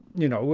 you know,